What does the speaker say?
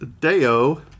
Deo